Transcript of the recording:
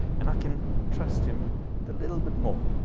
and i can trust him with a little bit more.